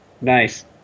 nice